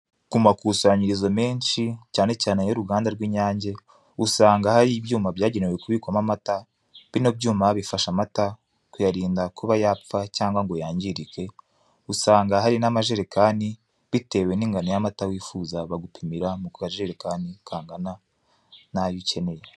Ku makusanyirizo menshi cyane cyane ay'uruganda rw'inyange usanga hari ibyuma byagenewe kubikamo amata bino byuma bifasha amata kuyarinda kuba yapfa cyangwa ngo yangirike, usanga hari n'amajerekani bitewe n'ingano wifuza bagupimira mu kajerekani kangana n'ayo ukeneye.